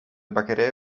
bakkerij